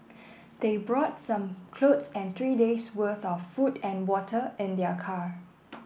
they brought some clothes and three day's worth of food and water in their car